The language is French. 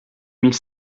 mille